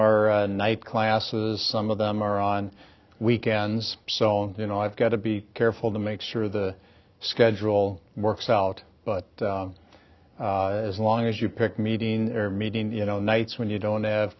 are night classes some of them are on weekends so and you know i've got to be careful to make sure the schedule works out but as long as you pick meeting or meeting you know nights when you don't have